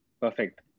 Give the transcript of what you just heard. perfect